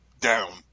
down